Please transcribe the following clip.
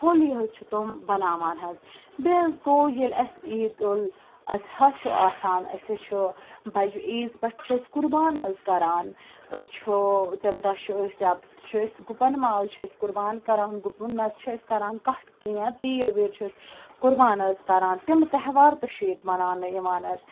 ہولی حظ چھِ تِم بَناوان حظ بیٚیہِ حظ گوٚو ییٚلہِ اَسہِ عیٖد الاضحیٰ چھُ آسان أسۍ حظ چھُ بَجہِ عیٖز پٮ۪ٹھ چھِ أسۍ قُربان حظ کَران أسۍ چھُ تَمہِ دۄہ چھِ أسۍ یا تہِ چھُ أسۍ گُپَن ماز چھُ أسۍ قُربان کَران گُپنہٕ نَتہٕ چھِ أسۍ کَران کَٹھ کیٚنٛہہ یا تیٖر ویٖر چھِ أسۍ قُربان حظ کَران تِم تہوار تہِ چھِ ییٚتہِ مَناونہٕ یِوان حظ